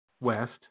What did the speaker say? West